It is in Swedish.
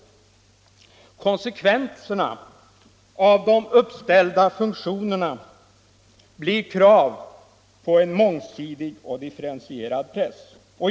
Konsekvensen, om man vill att de funktionerna skall fyllas, blir krav på en mångsidig och differentierad press.